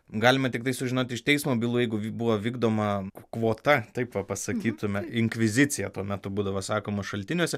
galima tiktai sužinot iš teismo bylų jeigu buvo vykdoma kvota taip pasakytume inkvizicija tuo metu būdavo sakoma šaltiniuose